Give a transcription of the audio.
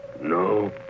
No